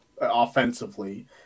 Offensively